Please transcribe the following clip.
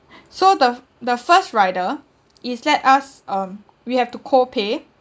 so the the first rider is let us um we have to co-pay